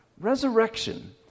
Resurrection